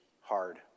hard